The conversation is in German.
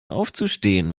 aufzustehen